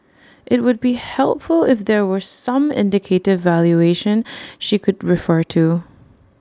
IT would be helpful if there were some indicative valuation she could refer to